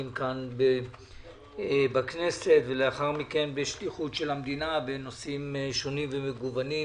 כאן בכנסת ולאחר מכן בשליחות המדינה בנושאים שונים ומגוונים.